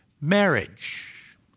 marriage